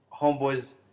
Homeboy's